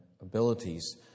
abilities